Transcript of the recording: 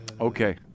Okay